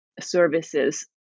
services